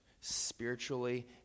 spiritually